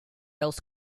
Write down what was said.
else